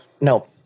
no